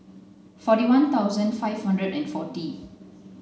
forty one thousand five hundred and forty